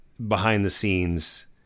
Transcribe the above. behind-the-scenes